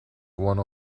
one